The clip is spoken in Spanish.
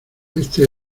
este